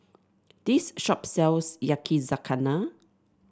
this shop sells Yakizakana